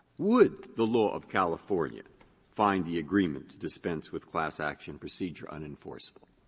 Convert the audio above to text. would the law of california find the agreement dispense with class action procedure unenforceable?